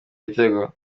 gitego